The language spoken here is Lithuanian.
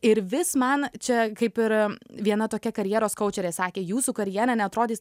ir vis man čia kaip ir viena tokia karjeros kaučerė sakė jūsų karjera neatrodys